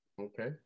Okay